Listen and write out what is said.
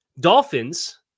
Dolphins